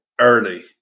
early